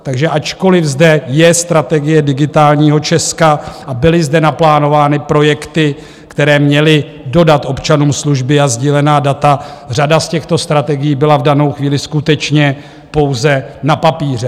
Takže ačkoliv zde je strategie Digitálního Česka a byly zde naplánovány projekty, které měly dodat občanům služby a sdílená data, řada z těchto strategií byla v danou chvíli skutečně pouze na papíře.